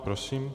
Prosím.